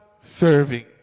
serving